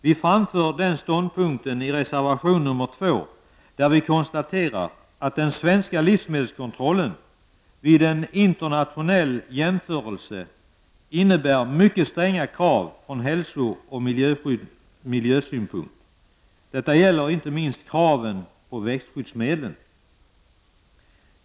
Vi framför den ståndpunkten i reservation nr 2, där vi konstaterar att den svenska livsmedelskontrollen vid en internationell jämförelse innebär mycket stränga krav från hälso och miljösynpunkt. Detta gäller inte minst kraven på växtskyddsmedlen.